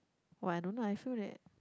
!wah! I don't know I feel that